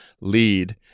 lead